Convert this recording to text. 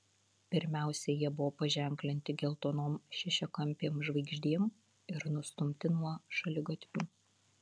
pirmiausia jie buvo paženklinti geltonom šešiakampėm žvaigždėm ir nustumti nuo šaligatvių